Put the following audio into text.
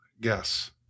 guess